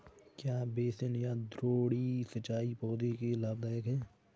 क्या बेसिन या द्रोणी सिंचाई पौधों के लिए लाभदायक है?